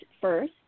first